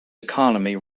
economy